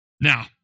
Now